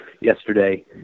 yesterday